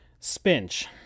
Spinch